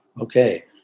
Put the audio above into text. okay